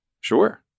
Sure